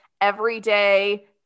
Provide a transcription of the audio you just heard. everyday